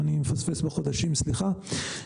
אם אני מפספס בחודשים, סליחה.